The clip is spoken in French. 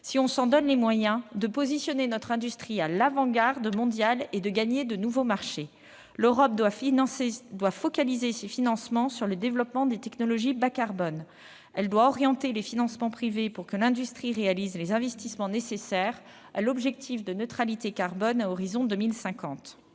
si on s'en donne les moyens, de positionner cette dernière à l'avant-garde mondiale et de gagner de nouveaux marchés. L'Europe doit focaliser ses financements sur le développement des technologies bas carbone et orienter les financements privés pour que l'industrie réalise les investissements nécessaires à l'objectif de neutralité carbone à l'horizon 2050.